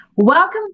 welcome